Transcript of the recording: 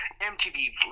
mtv